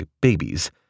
babies